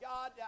God